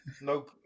no